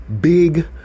big